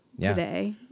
today